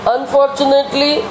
Unfortunately